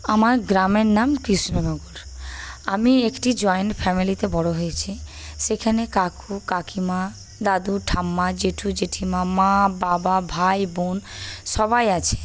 আমার গ্রামের নাম কৃষ্ণনগর আমি একটি জয়েন্ট ফ্যামিলিতে বড়ো হয়েছি সেখানে কাকু কাকিমা দাদু ঠাম্মা জেঠু জেঠিমা মা বাবা ভাই বোন সবাই আছে